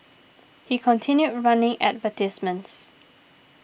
he continued running advertisements